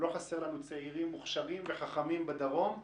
לא חסרים לנו צעירים מוכשרים וחכמים בדרום,